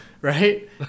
Right